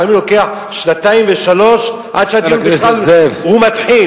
לפעמים לוקח שנתיים ושלוש עד שהדיון בכלל מתחיל.